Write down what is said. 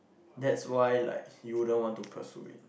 that's why like you wouldn't want to pursue it